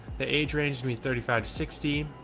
the age range me thirty five to sixty,